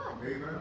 Amen